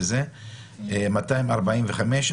245 שקלים.